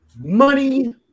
Money